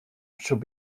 should